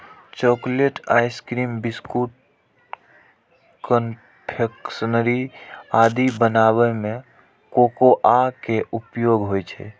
chocolate, ice cream, biscuit, confectionery आदि बनाबै मे कोकोआ के उपयोग होइ छै